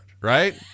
right